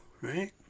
right